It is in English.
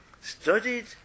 studied